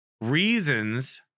reasons